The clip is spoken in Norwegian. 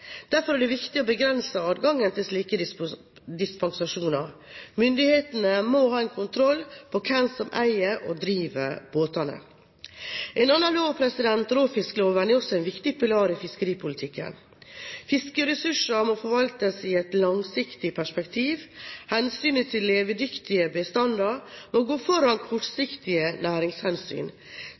Derfor er det viktig å begrense adgangen til slike dispensasjoner. Myndighetene må ha kontroll på hvem som eier og driver båtene. En annen lov, råfiskloven, er også en viktig pilar i fiskeripolitikken. Fiskeressursene må forvaltes i et langsiktig perspektiv. Hensynet til levedyktige bestander må gå foran kortsiktige næringshensyn,